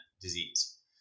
disease